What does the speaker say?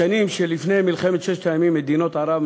בשנים שלפני מלחמת ששת הימים מדינות ערב,